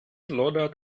lodert